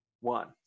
one